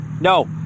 No